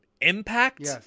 impact